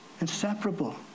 Inseparable